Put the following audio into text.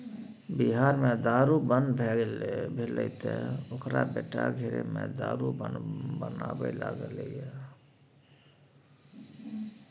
बिहार मे दारू बन्न भेलै तँ ओकर बेटा घरेमे दारू बनाबै लागलै